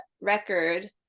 record